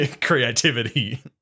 Creativity